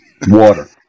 Water